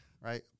right